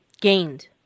gained